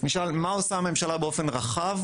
נשאל מה עושה הממשלה באופן רחב,